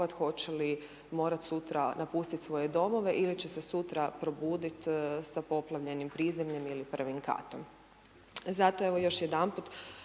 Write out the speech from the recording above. hoće li morati sutra napustiti svoje domove ili će se sutra probudit sa poplavljenim prizemljem i prvim katom. Zato još jedanput